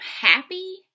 happy